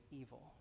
evil